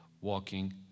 walking